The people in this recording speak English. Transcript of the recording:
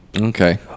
okay